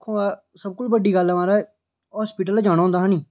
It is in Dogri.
सबतूं बड्डी गल्ल ऐ माराज हॉस्पिटल गै जाना होंदा ही निं